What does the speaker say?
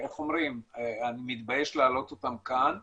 שאני מתבייש להעלות אותם כאן,